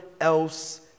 else